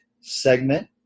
segment